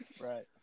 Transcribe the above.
right